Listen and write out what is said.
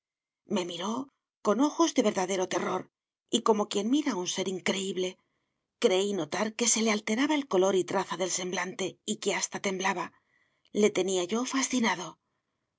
me miró con ojos de verdadero terror y como quien mira a un ser increíble creí notar que se le alteraba el color y traza del semblante y que hasta temblaba le tenía yo fascinado